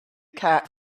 kite